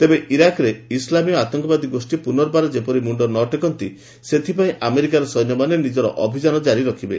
ତେବେ ଇରାକରେ ଇସ୍ଲାମୀୟ ଆତଙ୍କବାଦୀ ଗୋଷ୍ଠୀ ପୁନର୍ବାର ଯେପରି ମୁଣ୍ଡ ନ ଟେକନ୍ତି ସେଥିପାଇଁ ଆମେରିକାର ସୈନ୍ୟମାନେ ନିଜର ଅଭିଯାନ ଜାରି ରଖିବେ